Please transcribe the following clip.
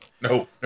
No